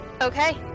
okay